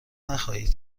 نخواهید